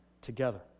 together